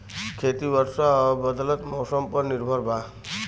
खेती वर्षा और बदलत मौसम पर निर्भर बा